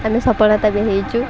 ଆମେ ସଫଳତା ବି ହେଇଛୁ